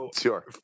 sure